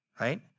right